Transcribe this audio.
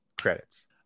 Credits